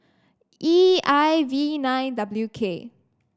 E I V nine W K